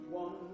one